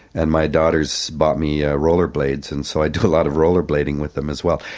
and my daughters bought me ah rollerblades and so i do a lot of rollerblading with them as well.